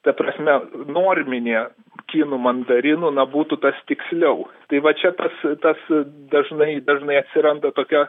ta prasme norminė kinų mandarinų na būtų tas tiksliau tai va čia tas tas dažnai dažnai atsiranda tokia